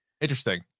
Interesting